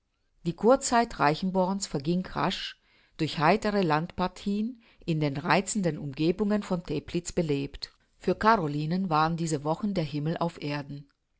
die curzeit reichenborn's verging rasch durch heitere landparthieen in den reizenden umgebungen von teplitz belebt für carolinen waren diese wochen der himmel auf erden